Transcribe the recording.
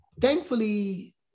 thankfully